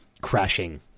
crashing